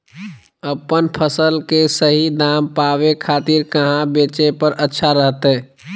अपन फसल के सही दाम पावे खातिर कहां बेचे पर अच्छा रहतय?